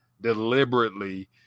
deliberately